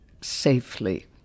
safely